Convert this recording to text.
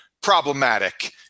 problematic